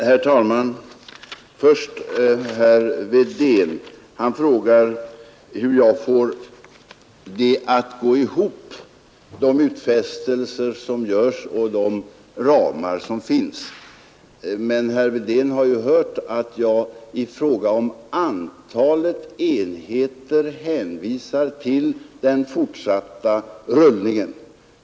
Herr talman! Herr Wedén frågar hur jag får de gjorda utfästelserna att gå ihop med de ramar som finns. Men herr Wedén har ju hört att jag i fråga om antalet enheter hänvisar till den fortsatta rullningen.